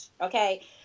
okay